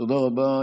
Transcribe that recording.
תודה רבה.